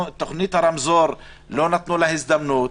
תוכנית הרמזור לא נתנו לה הזדמנות.